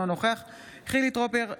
אינו נוכח חילי טרופר,